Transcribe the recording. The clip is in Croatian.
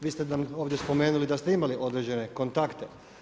Vi ste ovdje spomenuli da ste imali određene kontakte.